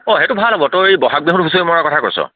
অঁ সেইটো ভাল হ'ব তই ব'হাগ বিহুত হুঁচৰি মৰাৰ কথা কৈছ